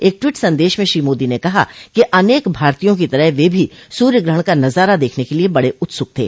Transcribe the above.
एक ट्वीट संदेश में श्री मोदी ने कहा है कि अनेक भारतीयों की तरह वे भी सूर्य ग्रहण का नजारा देखने के लिए बड़े उत्सुक थे